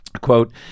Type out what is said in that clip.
quote